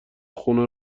خونه